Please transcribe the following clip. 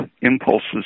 impulses